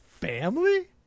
family